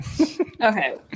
Okay